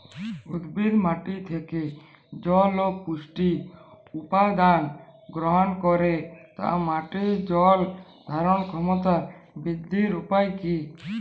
উদ্ভিদ মাটি থেকে জল ও পুষ্টি উপাদান গ্রহণ করে তাই মাটির জল ধারণ ক্ষমতার বৃদ্ধির উপায় কী?